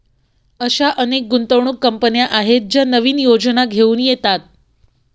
अशा अनेक गुंतवणूक कंपन्या आहेत ज्या नवीन योजना घेऊन येतात